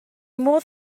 modd